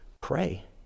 pray